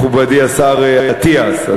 מכובדי השר אטיאס.